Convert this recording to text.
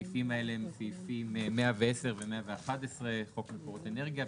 הסעיפים האלה הם סעיפים 110 ו-111 חוק מקורות אנרגיה,